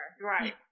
Right